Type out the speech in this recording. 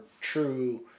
true